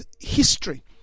history